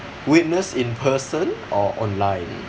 witness in person or online